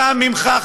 גם ממך,